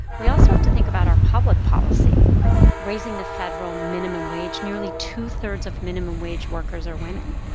we also have to think about our public policy raising the federal minimum wage. nearly two-thirds of minimum wage workers are women,